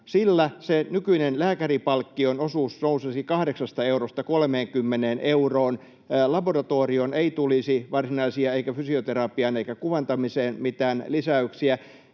sillä se nykyinen lääkäripalkkion osuus nousisi 8 eurosta 30 euroon. Ei laboratorioon eikä fysioterapiaan eikä kuvantamiseen tulisi